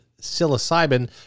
psilocybin